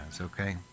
okay